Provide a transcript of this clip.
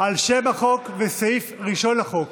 על שם החוק והסעיף הראשון לחוק,